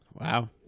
Wow